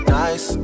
nice